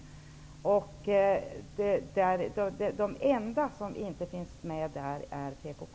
Den enda organisation som inte finns med är PKK.